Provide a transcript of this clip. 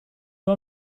nur